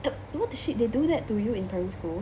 the what the shit they do that to you in primary school